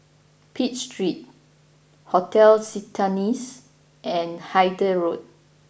Pitt Street Hotel Citadines and Hythe Road